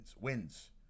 Wins